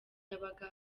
yabaga